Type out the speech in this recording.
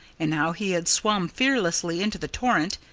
and how he had swum fearlessly into the torrent,